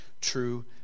true